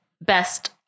best